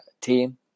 team